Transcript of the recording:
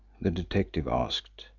the detective asked.